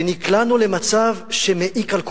ונקלענו למצב שמעיק על כולנו,